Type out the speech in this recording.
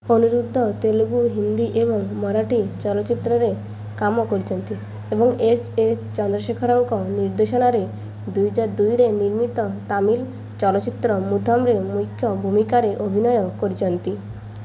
ଅନିରୁଦ୍ଧ ତେଲୁଗୁ ହିନ୍ଦୀ ଏବଂ ମରାଠୀ ଚଳଚ୍ଚିତ୍ରରେ କାମ କରିଛନ୍ତି ଏବଂ ଏସ୍ ଏ ଚନ୍ଦ୍ରଶେଖରଙ୍କ ନିର୍ଦ୍ଦେଶନାରେ ଦୁଇହଜାର ଦୁଇରେ ନିର୍ମିତ ତାମିଲ ଚଳଚ୍ଚିତ୍ର ମୁଥମରେ ମୁଖ୍ୟ ଭୂମିକାରେ ଅଭିନୟ କରିଛନ୍ତି